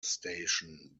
station